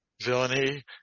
villainy